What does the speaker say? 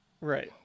Right